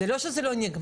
זה לא שזה לא נגמר,